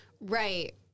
Right